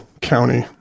county